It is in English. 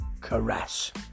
caress